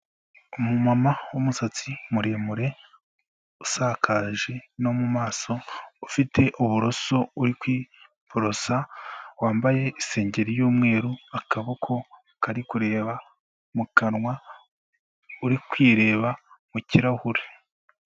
Umumama w'umusatsi muremure usakaje no mu maso, ufite uburoso uri kuborosa, wambaye isengeri y'umweru akaboko kari kureba mu kanwa, uri kwireba mu kirahure.